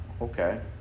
okay